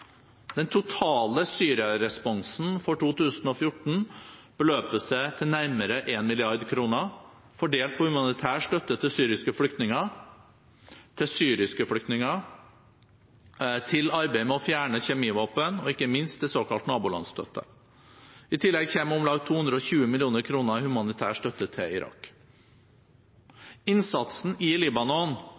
Den totale Syria-responsen for 2014 beløper seg til nærmere 1 mrd. kr, fordelt på humanitær støtte til syriske flyktninger, til arbeidet med å fjerne kjemivåpen og ikke minst til såkalt nabolandsstøtte. I tillegg kommer om lag 220 mill. kr i humanitær støtte til Irak. Innsatsen i Libanon